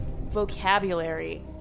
vocabulary